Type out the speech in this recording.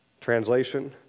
Translation